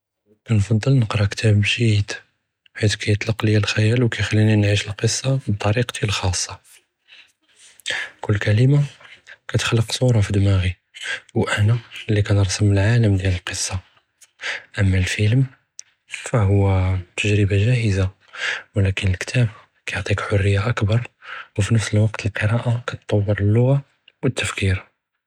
כנפצ׳ל נִקְרא כִּתַאבּ גִ׳יַיד בְּחִית כִּיְטְלְק לִיַא אֶלְחִ׳יַאל וּכִּיְחַלִּינִי נְעִיש לְקִצַּה בִּטְרִיקְתִי לְחַ׳אסַּה, כֻּל כִּלְמַה כַּתְחְלֶק צוּרַה פִּי דִּמַאגִי וְאַנַא לִי כַּנְרְסֻם לְעַאלֶם דִּיַאל לְקִצַּה, אַמַּא לְפִילְם פַהוּוַא תַאגְ׳רִבַּה גַ'אהְזַה וּלַכִּן אֶלְכִּתַאבּ כִּיְעְטִיק חֻרִיַּה אַכְּבַּר, וּפְנַפְס לְוַקְת אֶלְקְּרַאיַה כִּתְטַוַּר לְלֻעְ׳ה וּאֶתְּפְכִּיר.